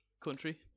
country